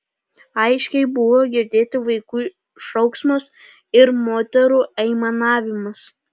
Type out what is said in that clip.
aiškiai buvo girdėti vaikų šauksmas ir moterų aimanavimas